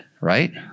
right